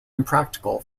impractical